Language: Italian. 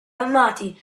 armati